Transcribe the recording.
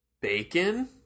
Bacon